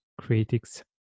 Critics